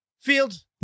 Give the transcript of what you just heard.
Field